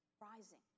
rising